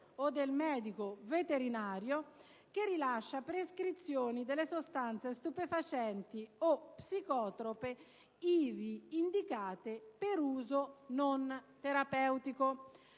o del medico veterinario che rilascia prescrizioni delle sostanze stupefacenti o psicotrope ivi indicate per uso non terapeutico».